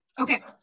Okay